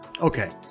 Okay